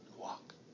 Walk